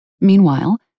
Meanwhile